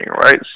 right